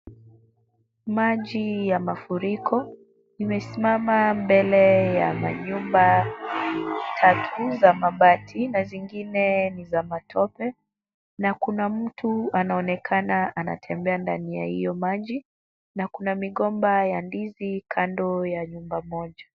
Maji ya mafuriko imesimama mbele ya manyumba tatu za mabati na zingine ni za matope na kuna mtu anaonekana anatembea ndani ya hiyo maji na kuna migomba ya ndizi kando ya nyumba moja.